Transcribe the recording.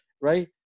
right